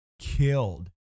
killed